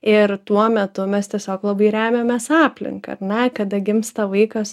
ir tuo metu mes tiesiog labai remiamės aplinka ar ne kada gimsta vaikas